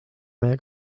meie